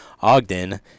Ogden